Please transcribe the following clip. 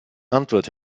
antwort